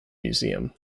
museum